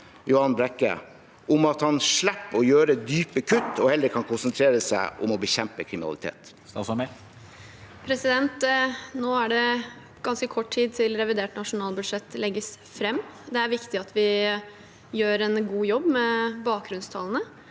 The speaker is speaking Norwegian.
om at han slipper å gjøre dype kutt og heller kan konsentrere seg om å bekjempe kriminalitet? Statsråd Emilie Mehl Nå er det ganske kort tid til revidert nasjonalbudsjett legges fram. Det er viktig at vi gjør en god jobb med bakgrunnstallene.